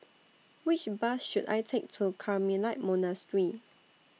Which Bus should I Take to Carmelite Monastery